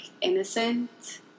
innocent